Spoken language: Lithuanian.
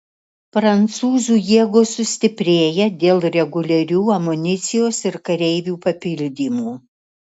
prancūzų jėgos sustiprėja dėl reguliarių amunicijos ir kareivių papildymų